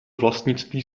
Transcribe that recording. vlastnictví